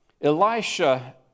Elisha